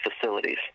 facilities